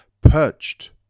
perched